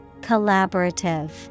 Collaborative